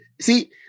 See